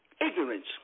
ignorance